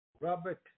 Robert